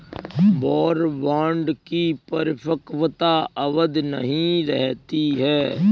war bond की परिपक्वता अवधि नहीं रहती है